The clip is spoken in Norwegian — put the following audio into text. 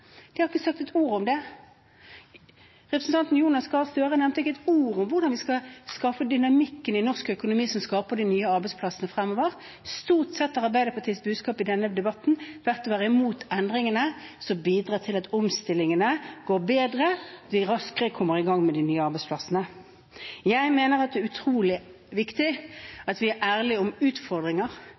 De har ikke sagt et ord om det. Representanten Jonas Gahr Støre nevnte ikke et ord om hvordan vi skal skaffe dynamikken i norsk økonomi som skaper de nye arbeidsplassene fremover. Stort sett har Arbeiderpartiets budskap i denne debatten vært å være imot endringene som bidrar til at omstillingene går bedre, og at vi raskere kommer i gang med de nye arbeidsplassene. Jeg mener det er utrolig viktig at vi er ærlige om utfordringer.